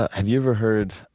ah have you ever heard